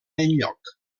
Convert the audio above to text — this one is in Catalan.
enlloc